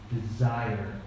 desire